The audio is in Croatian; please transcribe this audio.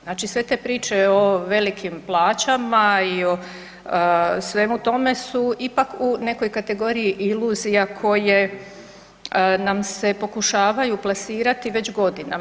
Znači sve te priče o velikim plaćama i o svemu tomu se ipak u nekoj kategoriji iluzija koje nam se pokušavaju plasirati već godinama.